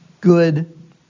good